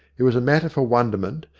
it was a matter for wonderment,